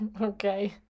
Okay